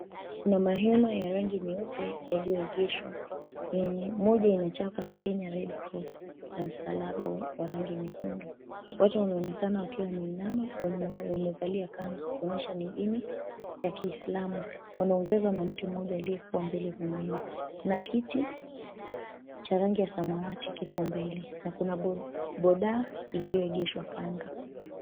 Kuna mahema ya rangi nyeupe yaliyoegeshwa yenye moja inachapa ya KenyaRedcross na msalaba wa rangi nyekundu. Watu wanaonekana wakiwa wameinama wenye wamevalia kanzu kuonyesha ni dini ya Kiislamu wanaongezwa na mtu mmoja aliye kuwa mbele mwenyewe na kiti cha rangi ya samawati kiko mbele na kuna boda iliyoegeshwa kando.